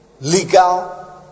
legal